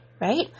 right